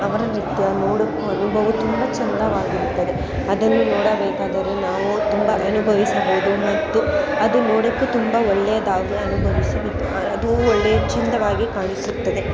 ಅವರ ನೃತ್ಯ ನೋಡಕ್ಕೆ ಅನುಭವ ತುಂಬ ಚೆಂದವಾಗಿರುತ್ತದೆ ಅದನ್ನು ನೋಡಬೇಕಾದರೆ ನಾವು ತುಂಬ ಅನುಭವಿಸಬೌದು ಮತ್ತು ಅದು ನೋಡಕ್ಕೂ ತುಂಬ ಒಳ್ಳೆಯದಾಗಿ ಅನುಭವಿಸಲು ಒಳ್ಳೆಯ ಚೆಂದವಾಗಿ ಕಾಣಿಸುತ್ತದೆ